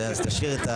אז תשאיר.